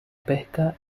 pesca